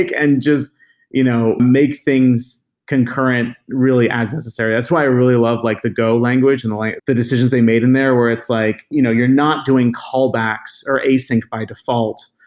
like and just you know make things concurrent, really, as necessary. that's why i really love like the go language and the like the decisions they made in there where it's like you know you're not doing callbacks or async by default.